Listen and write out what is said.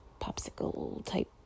popsicle-type